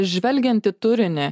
žvelgiant į turinį